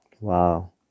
wow